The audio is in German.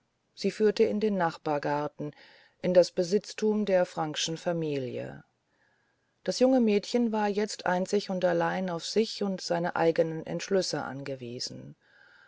sie führte in den nachbargarten in das besitztum der frankschen familie das junge mädchen war jetzt einzig und allein auf sich und seine eigenen entschlüsse angewiesen